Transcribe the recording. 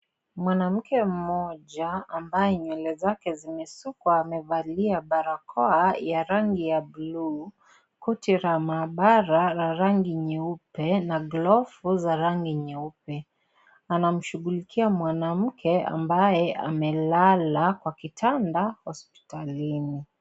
Mwanamke mmoja, ambaye nywele zake zimesukwa, amevalia barakoa ya rangi ya buluu, koti la mahabara la rangi nyeupe na glovu za rangi nyeupe. Anamshughulikia mwanamke ambaye amelala kwa kitanda hospitalini.